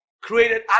created